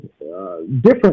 different